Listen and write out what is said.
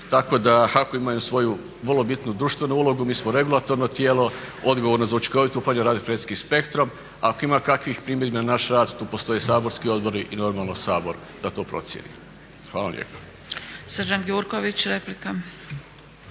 tako da HAKOM imaju svoju vrlo bitnu društvenu ulogu. Mi smo regulatorno tijelo, odgovorno za učinkovito upravljanje … spektrom. Ako ima kakvih primjedbi na naš rad tu postoje saborski odbori i normalno Sabor da to procijeni. Hvala lijepo.